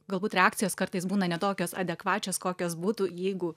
galbūt reakcijos kartais būna ne tokios adekvačios kokios būtų jeigu